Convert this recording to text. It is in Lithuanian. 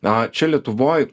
na čia lietuvoj